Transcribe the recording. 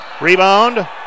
Rebound